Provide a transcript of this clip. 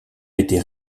été